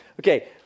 Okay